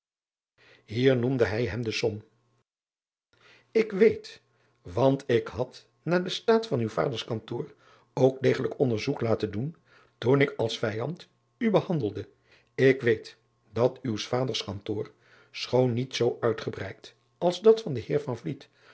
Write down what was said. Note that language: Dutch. k weet want ik had naar den staat van uw vaders kantoor ook degelijk onderzoek laten doen toen ik als vijand u behandelde ik weet dat uws vaders kantoor schoon niet zoo uitgebreid als dat van den eer